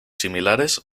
similares